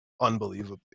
unbelievably